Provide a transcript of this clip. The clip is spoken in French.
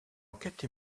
enquête